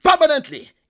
Permanently